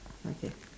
okay